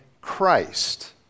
christ